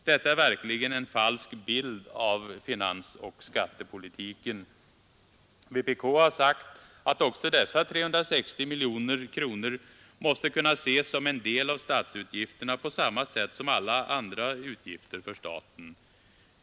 Detta är verkligen en falsk bild av finansoch skattepolitiken. Vpk har sagt att också dessa 360 miljoner kronor måste kunna ses som en del av statsutgifterna, på samma sätt som alla andra utgifter för staten.